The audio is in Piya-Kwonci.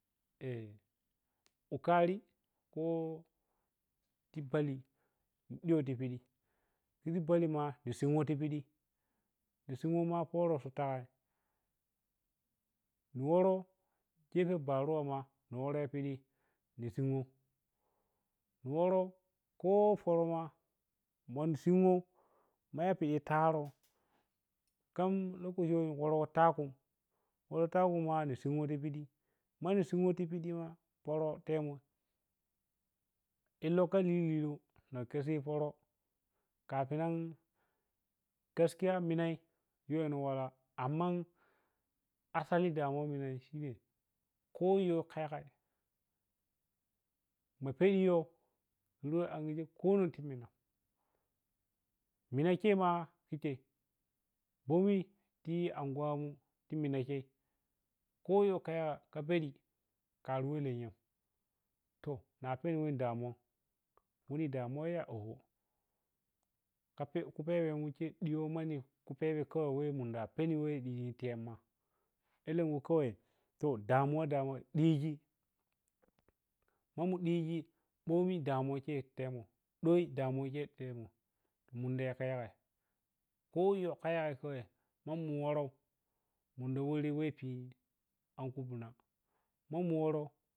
E wukari kho ti bali ɗiyo ti piɗi, piɗi bali ma ni sinwo ma ti piɗi m sinyo ma khoro ta mu woroh gepen baruwa ma mu waroh yi ti piɗi nisin wo mu woroh kho pərə ma mu sim wo mu yo pidi taro kham lokaci woroh takum, woroh takum ma ni sinwo piɗi ma mu sinwo piɗi ma woroh temo illoh kha liluh na khesi kha pərə kafin nan gaskiya minai yi wenoh walah amman asali damuwan minai shine kho yoh kha yagai ma peri yoh, yoh angigen kho am ti minan, munah khema, khi khei bomi ti anguwanmu ti minai khe kho yo kha bari karuwa tenya to na penmo weh damuwan, weni damuwa, wani damuwa oho khape khupebe mu khe ɗiyo manni khupebe weh khawai munda a peni weh ɗiji tiyemma alenkhu khawai to damuwa damuwa ɗiji, mamu ɗiji ɓomi damuwa khei temo, ɗoyi damuwa khei temo munda khayi kha yagai kho khayo kha yagai khawai ma mu woron mundi woroh wepi anka gunam ma mu woroh.